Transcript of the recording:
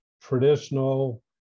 traditional